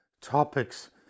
topics